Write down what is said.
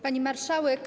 Pani Marszałek!